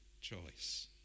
choice